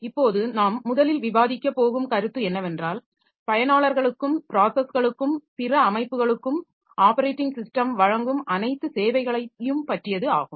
இப்போது நாம் முதலில் விவாதிக்க போகும் கருத்து என்னவென்றால் பயனாளர்களுக்கும் ப்ராஸஸ்களுக்கும் பிற அமைப்புகளுக்கும் ஆப்பரேட்டிங் ஸிஸ்டம் வழங்கும் அனைத்து சேவைகளையும் பற்றியது ஆகும்